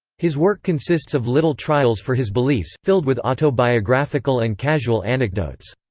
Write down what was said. his work consists of little trials for his beliefs, filled with autobiographical and casual anecdotes.